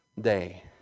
day